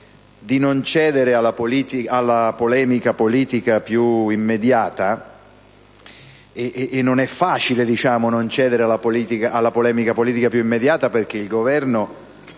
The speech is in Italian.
non è facile non cedere alla polemica politica più immediata, perché il Governo,